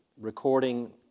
Recording